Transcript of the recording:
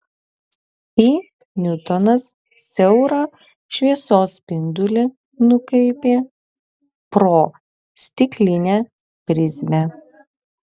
i niutonas siaurą šviesos spindulį nukreipė pro stiklinę prizmę